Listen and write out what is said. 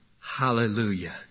hallelujah